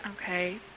Okay